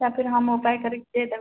फिर हम उपाए करै छिऐ देबऽ